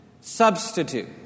substitute